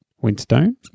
Winston